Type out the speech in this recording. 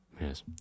Yes